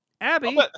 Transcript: Abby